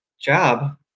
job